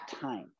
time